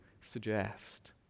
suggest